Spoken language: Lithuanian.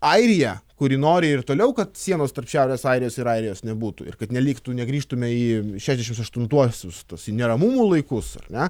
airija kuri nori ir toliau kad sienos tarp šiaurės airijos ir airijos nebūtų ir kad neliktų negrįžtumė į šešiasdešim aštuntuosius tuos į neramumų laikus ar ne